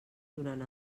durant